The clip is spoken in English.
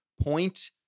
point